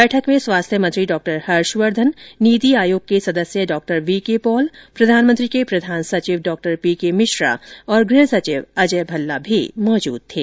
बैठक में स्वास्थ्य मंत्री डॉक्टर हर्षवर्धन नीति आयोग के सदस्य डॉक्टर वी के पॉल प्रधानमंत्री के प्रधान सचिव डॉक्टर पी के मिश्रा और गृह सचिव अजय भल्ला भी मौजूद थे